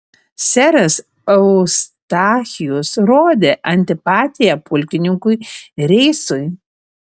seras eustachijus rodė antipatiją pulkininkui reisui